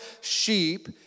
sheep